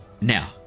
Now